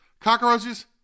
Cockroaches